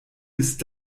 ist